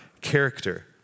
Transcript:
character